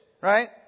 right